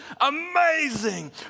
Amazing